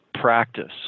practice